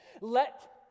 let